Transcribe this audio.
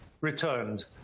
returned